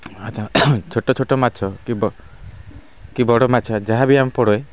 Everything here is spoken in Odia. ଛୋଟ ଛୋଟ ମାଛ କି କି ବଡ଼ ମାଛ ଯାହାବି ପଡ଼େ